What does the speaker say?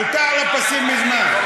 עלתה על הפסים מזמן.